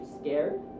scared